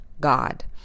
God